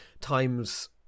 times